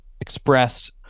expressed